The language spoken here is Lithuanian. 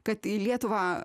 kad į lietuvą